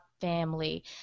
family